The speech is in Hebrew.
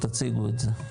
תציגו את זה.